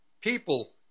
people